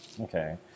okay